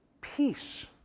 peace